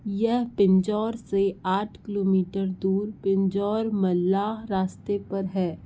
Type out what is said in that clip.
यह पिंजौर से आठ किलोमीटर दूर पिंजौर मल्लाह रास्ते पर है